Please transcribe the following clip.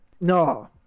No